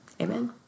Amen